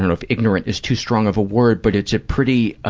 kind of ignorant is too strong of a word. but it's a pretty, ah